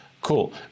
cool